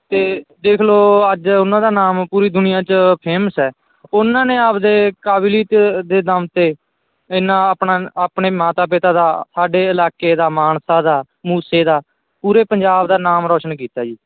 ਅਤੇ ਦੇਖ ਲਓ ਅੱਜ ਉਹਨਾਂ ਦਾ ਨਾਮ ਪੂਰੀ ਦੁਨੀਆਂ 'ਚ ਫੇਮਸ ਹੈ ਉਹਨਾਂ ਨੇ ਆਪਦੇ ਕਾਬਲੀਅਤ ਦੇ ਦਮ 'ਤੇ ਇੰਨਾਂ ਆਪਣਾ ਆਪਣੇ ਮਾਤਾ ਪਿਤਾ ਦਾ ਸਾਡੇ ਇਲਾਕੇ ਦਾ ਮਾਨਸਾ ਦਾ ਮੂਸੇ ਦਾ ਪੂਰੇ ਪੰਜਾਬ ਦਾ ਨਾਮ ਰੌਸ਼ਨ ਕੀਤਾ ਜੀ